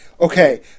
Okay